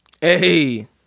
hey